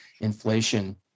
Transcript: inflation